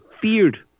feared